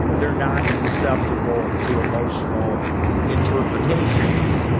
they're not susceptible to emotional interpretations,